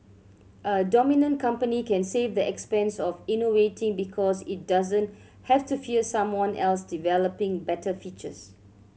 a dominant company can save the expense of innovating because it doesn't have to fear someone else developing better features